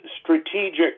strategic